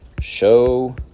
show